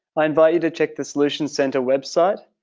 i invite you to check the solutions center website.